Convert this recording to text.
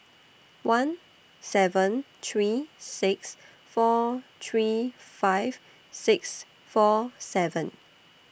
one seven three six four three five six four seven